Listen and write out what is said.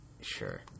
Sure